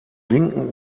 linken